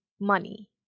money